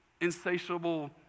insatiable